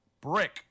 brick